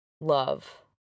love